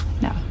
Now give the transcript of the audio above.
No